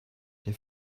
der